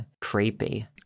creepy